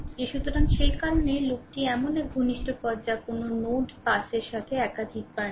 সুতরাং সেই কারণেই লুপটি এমন এক ঘনিষ্ঠ পথ যা কোনও নোড পাসের সাথে একাধিকবার নয়